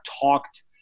talked